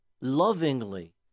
lovingly